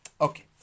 Okay